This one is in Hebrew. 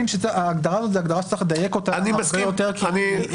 צריך לדייק את ההגדרה הזו הרבה יותר כי היא